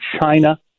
China